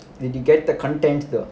did you get the content though